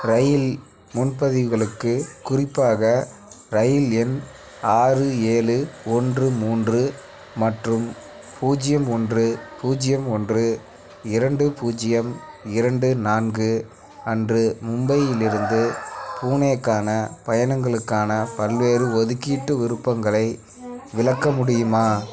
ரயில் முன்பதிவுகளுக்கு குறிப்பாக ரயில் எண் ஆறு ஏழு ஒன்று மூன்று மற்றும் பூஜ்ஜியம் ஒன்று பூஜ்ஜியம் ஒன்று இரண்டு பூஜ்ஜியம் இரண்டு நான்கு அன்று மும்பையிலிருந்து பூனேவுக்கான பயணங்களுக்கான பல்வேறு ஒதுக்கீட்டு விருப்பங்களை விளக்க முடியுமா